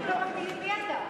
מי אתה?